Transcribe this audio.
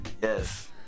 Yes